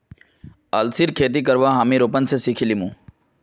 अलसीर खेती करवा हामी रूपन स सिखे लीमु